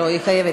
לא, היא חייבת.